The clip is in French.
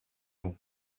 bon